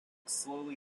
slowly